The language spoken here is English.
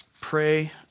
pray